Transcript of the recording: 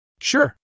Sure